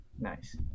Nice